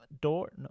door